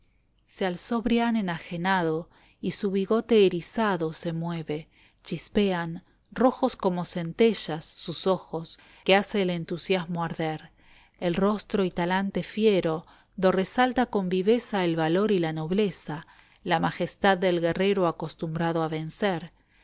se alzó brian enajenado y su bigote erizado se mueve chisean rojos como centellas sus ojos que hace el entusiasmo arder el rostro y talante fiero do resalta con viveza el valor y la nobleza la majestad del guerrero acostumbrado a vencer